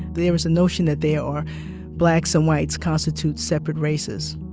there was a notion that there are blacks and whites constitute separate races.